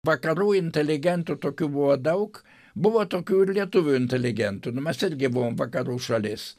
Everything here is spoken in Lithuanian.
vakarų inteligentų tokių buvo daug buvo tokių ir lietuvių inteligentų nu mes irgi buvom vakarų šalis